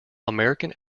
american